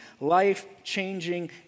life-changing